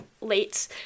late